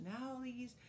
personalities